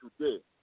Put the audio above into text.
today